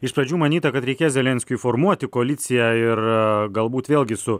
iš pradžių manyta kad reikės zelenskiui formuoti koaliciją ir galbūt vėlgi su